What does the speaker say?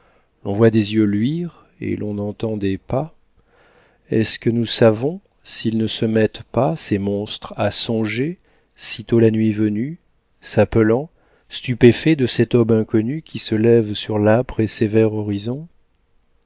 l'on voit des yeux luire et l'on entend des pas est-ce que nous savons s'ils ne se mettent pas ces monstres à songer sitôt la nuit venue s'appelant stupéfaits de cette aube inconnue qui se lève sur l'âpre et sévère horizon